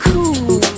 Cool